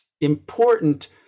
important